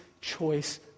choice